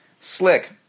Slick